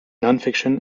nonfiction